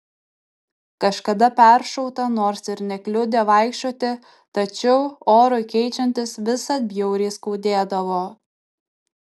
kažkada peršauta nors ir nekliudė vaikščioti tačiau orui keičiantis visad bjauriai skaudėdavo